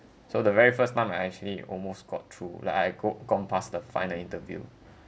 so the very first time I actually almost got through like I I go gone pass the final interview